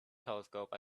telescope